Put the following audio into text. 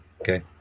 Okay